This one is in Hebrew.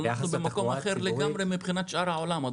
אבל אנחנו במקום אחר לגמרי מבחינת שאר העולם.